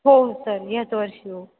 हो सर ह्याचवर्षी हो